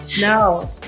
No